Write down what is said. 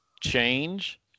change